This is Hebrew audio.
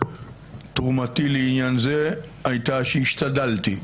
שתרומתי לעניין הזה הייתה שהשתדלתי.